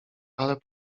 ale